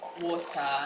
water